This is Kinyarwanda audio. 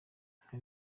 nka